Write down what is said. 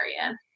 area